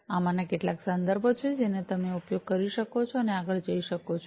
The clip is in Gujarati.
આ આમાંના કેટલાક સંદર્ભો છે જેનો તમે ઉપયોગ કરી શકો છો અને આગળ જઈ શકો છો